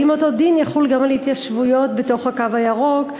האם אותו דין יחול גם על התיישבויות בתוך הקו הירוק,